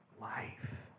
life